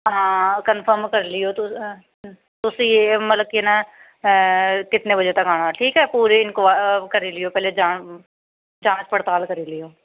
आं कंफर्म करी लैयो तुस तुसें ई एह् मतलब कितने बजे तक्क आना ठीक ऐ पूरी करी लैयो पैह्लें जांच पड़ताल करी लैयो